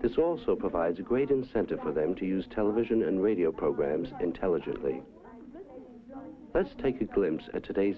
this also provides a great incentive for them to use television and radio programs intelligently let's take a glimpse at today's